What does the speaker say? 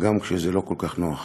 גם כשזה לא כל כך נוח.